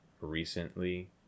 recently